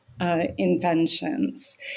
inventions